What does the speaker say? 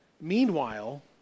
Meanwhile